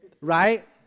Right